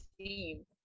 team